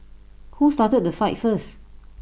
who started the fight first